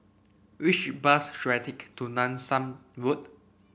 which bus should I take to Nanson Road